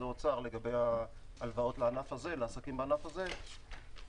האוצר לגבי ההלוואות לעסקים בענף הזה,